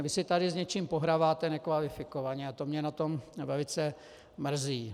Vy si tady s něčím pohráváte nekvalifikovaně a to mě na tom velice mrzí.